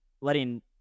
letting